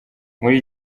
muri